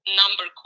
number